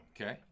Okay